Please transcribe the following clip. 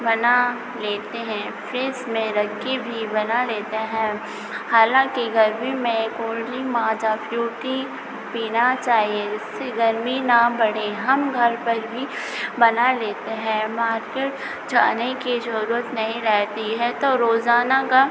बना लेते हैं फ़्रिज़ में रखकर भी बना लेते हैं हालाँकि गर्मी में कोल ड्रिंक माज़ा फ्रूटी पीना चाहिए जिससे गर्मी ना बढ़े हम घर पर भी बना लेते हैं मार्केट जाने की ज़रूरत नहीं रहती है तो रोज़ाना का